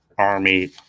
Army